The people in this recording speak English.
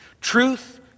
Truth